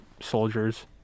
soldiers